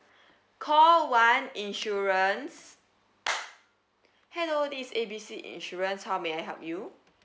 call one insurance hello this is A B C insurance how may I help you